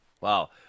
wow